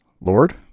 Lord